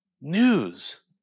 news